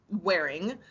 wearing